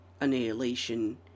Annihilation